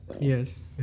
Yes